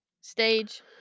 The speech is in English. stage